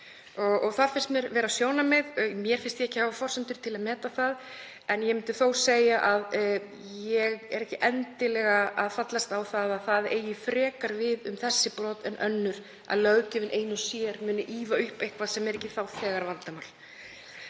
Það finnst mér vera sjónarmið en mér finnst ég ekki hafa forsendur til að meta það. Ég myndi þó segja að ég fellst ekki endilega á að það eigi frekar við um þessi brot en önnur að löggjöfin ein og sér muni ýfa upp eitthvað sem er ekki þá þegar vandamál.